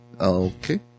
Okay